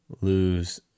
lose